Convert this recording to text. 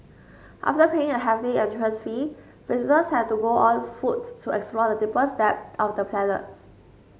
after paying a hefty entrance fee visitors had to go on foot to explore the deepest depths of the planets